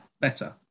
better